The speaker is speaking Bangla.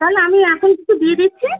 তাহলে আমি এখন কিছু দিয়ে দিচ্ছি